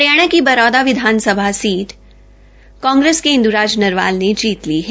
हरियाणा की बरौदा विधानसभा सीट कांग्रेस के इंद्राज नरवाल ने जीत ली है